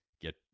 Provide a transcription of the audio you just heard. get